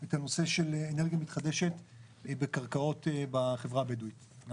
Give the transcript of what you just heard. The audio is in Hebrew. את הנושא של אנרגיה מתחדשת בקרקעות בחברה הבדואית.